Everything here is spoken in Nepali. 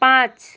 पाँच